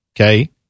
Okay